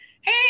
hey